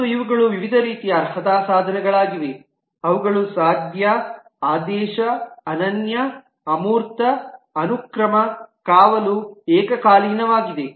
ಮತ್ತು ಇವುಗಳು ವಿವಿಧ ರೀತಿಯ ಅರ್ಹತಾ ಸಾಧನಗಳಾಗಿವೆ ಅವುಗಳು ಸಾಧ್ಯ ಆದೇಶ ಅನನ್ಯ ಅಮೂರ್ತ ಅನುಕ್ರಮ ಕಾವಲು ಏಕಕಾಲೀನ ಆಗಿದೆ